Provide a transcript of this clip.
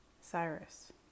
Cyrus